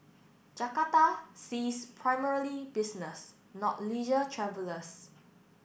Jakarta sees primarily business not leisure travellers